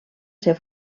ser